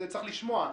את זה צריך לשמוע,